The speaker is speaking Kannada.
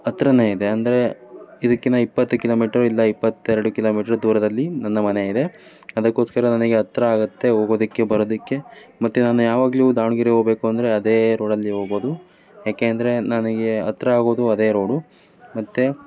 ಹತ್ರನೇ ಇದೆ ಅಂದರೆ ಇದಕ್ಕಿಂತ ಇಪ್ಪತ್ತು ಕಿಲೋಮೀಟ್ರು ಇಲ್ಲ ಇಪ್ಪತ್ತೆರಡು ಕಿಲೋಮೀಟ್ರ್ ದೂರದಲ್ಲಿ ನನ್ನ ಮನೆ ಇದೆ ಅದಕ್ಕೋಸ್ಕರ ನನಗೆ ಹತ್ರ ಆಗುತ್ತೆ ಹೋಗೋದಕ್ಕೆ ಬರೋದಕ್ಕೆ ಮತ್ತು ನಾನು ಯಾವಾಗಲೂ ದಾವಣಗೆರೆಗೆ ಹೋಬೇಕು ಅಂದರೆ ಅದೇ ರೋಡಲ್ಲಿ ಹೋಗೋದು ಯಾಕೆ ಅಂದರೆ ನನಗೆ ಹತ್ರ ಆಗೋದು ಅದೇ ರೋಡು ಮತ್ತು